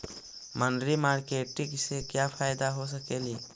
मनरी मारकेटिग से क्या फायदा हो सकेली?